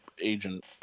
Agent